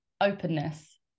openness